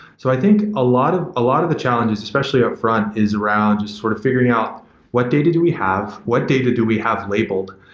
so i think a lot of ah lot of the challenges, especially upfront, is around sort of figuring out what data do we have? what data do we have labeled?